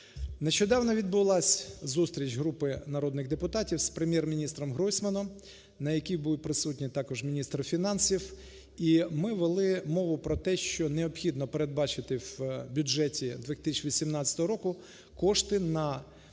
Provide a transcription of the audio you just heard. Нещодавно відбулася зустріч групи народних депутатів з Прем'єр-міністром Гройсманом, на якій був присутній також міністр фінансів. І ми вели мову про те, що необхідно передбачити в бюджеті 2018 року кошти на виконання